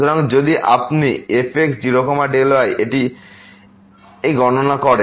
সুতরাং যদি আপনি fx0y এ এটি গণনা করেন